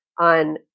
on